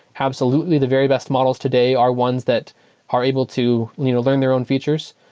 absolutely, the very best models today are ones that are able to you know learn their own features.